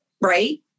right